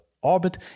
orbit